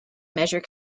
measure